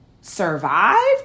survive